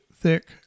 thick